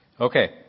Okay